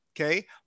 okay